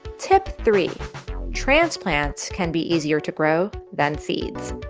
tip three transplants can be easier to grow than seeds.